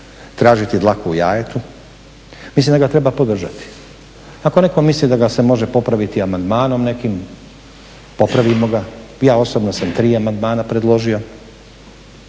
tražiti dlaku u jajetu. Mislim da ga treba podržati. Ako netko misli da ga se može popraviti amandmanom nekim, popravimo ga. Ja osobno sam tri amandmana predložio.